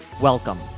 Welcome